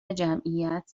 جمعیت